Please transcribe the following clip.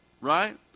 right